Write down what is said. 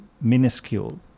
minuscule